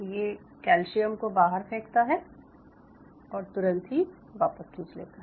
ये कैल्शियम को बाहर फेंकता है और तुरंत ही वापस खींच लेता है